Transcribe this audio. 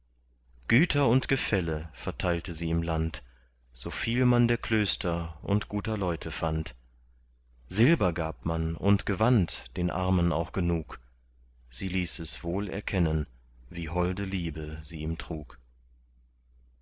güter und gefälle verteilte sie im land so viel man der klöster und guter leute fand silber gab man und gewand den armen auch genug sie ließ es wohl erkennen wie holde liebe sie ihm trug